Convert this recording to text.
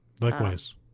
likewise